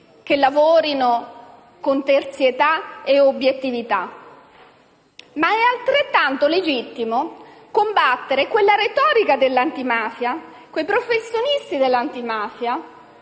che lavorino con terzietà e obiettività. Ma è altrettanto legittimo combattere quella retorica dell'antimafia, quei professionisti dell'antimafia,